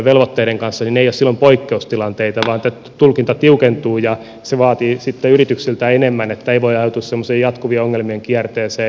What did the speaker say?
ne eivät ole silloin poikkeustilanteita vaan tulkinta tiukentuu ja se vaatii sitten yrityksiltä enemmän niin että ei voi ajautua semmoiseen jatkuvien ongelmien kierteeseen